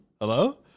hello